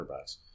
bucks